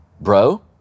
bro